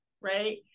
right